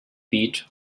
beat